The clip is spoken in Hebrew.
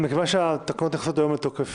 מכיוון שהתקנות נכנסות היום לתוקף